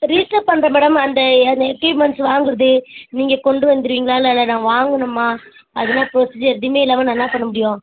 இப்போ ரிஜிஸ்டர் பண்ணுறேன் மேடம் அந்த அந்த எக்யூப்மெண்ட்ஸ் வாங்குகிறது நீங்கள் கொண்டு வந்திருவீங்களா இல்லை நான் வாங்கணுமா அதெல்லாம் ப்ரொசிஜர் எதுவுமே இல்லாமல் நான் என்ன பண்ண முடியும்